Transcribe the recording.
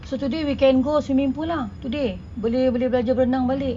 so today we can go swimming pool lah today boleh belajar berenang balik